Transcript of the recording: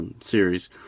series